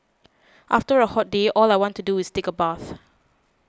after a hot day all I want to do is take a bath